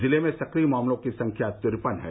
जिले में सक्रिय मामलों की सख्या तिरपन है